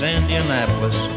Indianapolis